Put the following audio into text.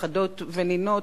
נכדות ונינות,